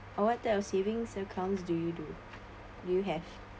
or what type of savings accounts do you do do you have